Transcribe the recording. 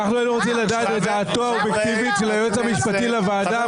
אנחנו היינו רוצים לדעת את דעתו האובייקטיבית של היועץ המשפטי לוועדה,